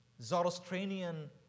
Zoroastrian